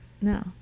no